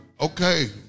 okay